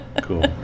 Cool